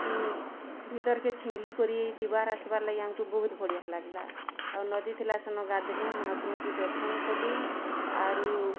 ଭିତର୍କେ ଛିଲି କରି ଯିବାର୍ ଆସିବାର୍ ଲାଗି ଆମକୁ ବହୁତ୍ ବଢ଼ିଆ ଲାଗିଲା ଆଉ ନଦୀ ଥିଲା ଗାଧେଇଁଲୁ ମହାପ୍ରଭୁଙ୍କୁ ଦର୍ଶନ୍ କଲୁ ଆରୁ